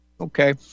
Okay